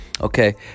okay